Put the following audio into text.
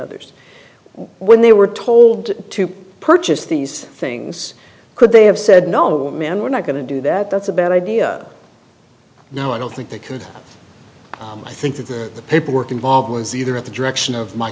others when they were told to purchase these things could they have said no ma'am we're not going to do that that's a bad idea no i don't think they could i think that the paperwork involved was either at the direction of my